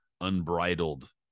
unbridled